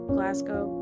Glasgow